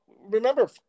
Remember